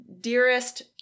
dearest